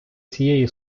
цієї